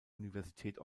universität